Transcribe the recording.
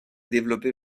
développé